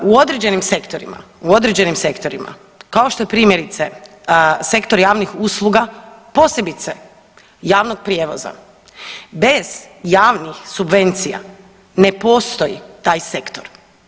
U određenim sektorima, u određenim sektorima kao što je primjerice sektor javnih usluga, posebice javnog prijevoza, bez javnih subvencija, ne postoji taj sektor.